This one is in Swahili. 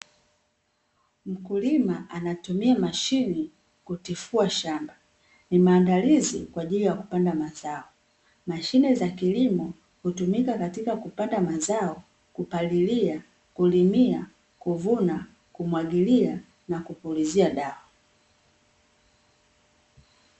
Mkulima anatumia mashine kutifua shamba, ni maandalizi kwa ajili ya kupanda mazao. Mashine za kilimo hutumika katika kupanda mazao, kupalilia, kulimia, kuvuna, kumwagilia na kupulizia dawa.